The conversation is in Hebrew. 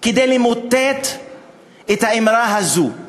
כדי למוטט את האמירה הזו.